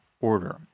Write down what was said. Order